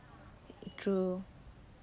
true